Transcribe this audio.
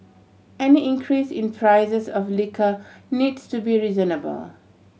any increase in prices of liquor needs to be reasonable